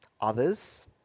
Others